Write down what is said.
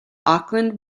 auckland